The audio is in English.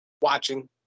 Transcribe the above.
watching